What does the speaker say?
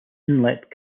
inlet